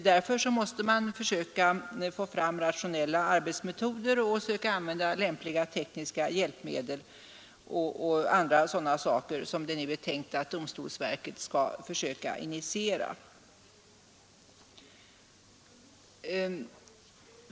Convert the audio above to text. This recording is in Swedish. Man måste försöka få fram rationella arbetsmetoder och lämpliga tekniska hjälpmedel och liknande, och sådana åtgärder är det tänkt att domstolsverket skall försöka initiera.